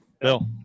Bill